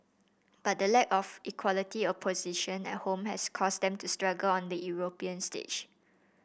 but the lack of equality opposition at home has caused them to struggle on the European stage